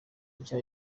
nshya